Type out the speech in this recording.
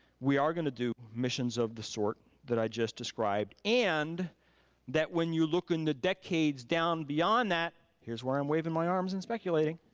we are gonna do missions of the sort that i just described, and that when you look in the decades down beyond that, here's where i'm waving my arms and speculating